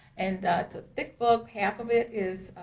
and it's a thick book. half of it is